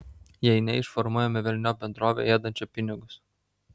jei ne išformuojame velniop bendrovę ėdančią pinigus